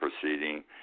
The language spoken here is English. proceeding